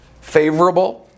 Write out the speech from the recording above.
favorable